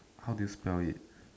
how do you spell it